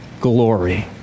glory